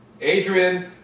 Adrian